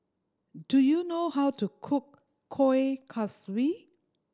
do you know how to cook Kuih Kaswi